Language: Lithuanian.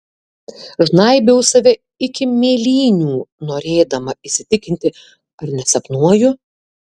žnaibiau save iki mėlynių norėdama įsitikinti ar nesapnuoju